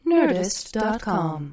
Nerdist.com